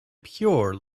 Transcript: pure